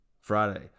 Friday